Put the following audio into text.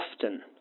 often